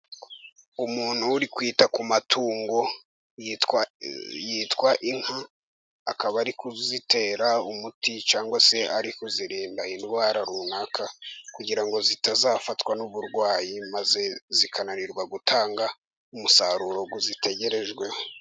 Umuntu uri kwita ku matungo yitwa inka, akaba ari kuzitera umuti cyangwa se ari kuzirinda indwara runaka, kugira ngo zitazafatwa n'uburwayi, maze zikananirwa gutanga umusaruro uzitegerejweho,